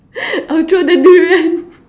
I'll throw the durian